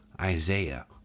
Isaiah